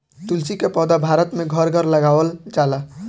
तुलसी के पौधा भारत में घर घर लगावल जाला